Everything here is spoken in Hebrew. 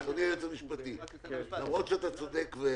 אדוני היועץ המשפטי, למרות שאתה צודק,